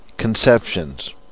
conceptions